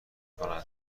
کند